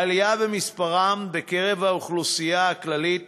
העלייה במספרם בקרב האוכלוסייה הכללית